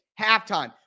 halftime